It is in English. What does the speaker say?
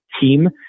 team